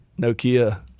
Nokia